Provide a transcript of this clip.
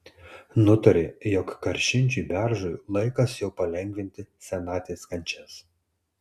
nutarė jog karšinčiui beržui laikas jau palengvinti senatvės kančias